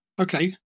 Okay